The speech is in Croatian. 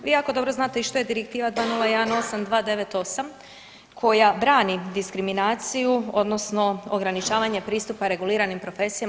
Vi jako dobro znate i što je Direktiva 2018/298 koja brani diskriminaciju odnosno ograničavanje pristupa reguliranim profesijama.